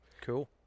Cool